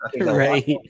right